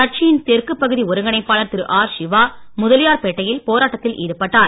கட்சியின் தெற்குபகுதி ஒருங்கிணைப்பாளர் திரு ஆர் சிவா முதலியார் பேட்டையில் போராட்டத்தில் ஈடுபட்டார்